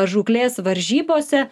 žūklės varžybose